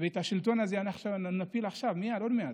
ואת השלטון הזה נפיל עכשיו, מייד, עוד מעט.